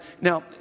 Now